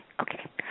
Okay